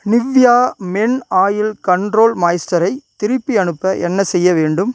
Nivea men oil control மாய்ஸ்டரை திருப்பி அனுப்ப என்ன செய்ய வேண்டும்